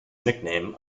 nickname